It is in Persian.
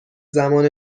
زمان